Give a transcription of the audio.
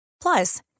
Plus